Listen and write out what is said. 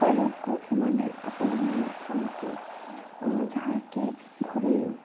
ଉପାୟକୁ ସେମାନେ ଆପଣାଇ ନଥାନ୍ତି ଯାହାକି ଘରେ